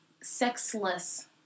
Sexless